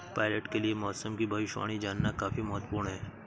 pilot के लिए मौसम की भविष्यवाणी जानना काफी महत्त्वपूर्ण है